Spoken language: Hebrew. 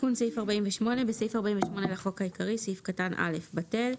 תיקון סעיף 3828.בסעיף 48 לחוק העיקרי סעיף קטן (א) בטל,